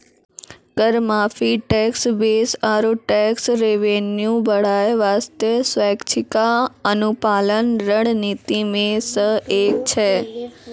कर माफी, tax base आरो टैक्स रेवेन्यू बढ़ाय बासतें स्वैछिका अनुपालन रणनीति मे सं एक छै